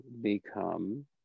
become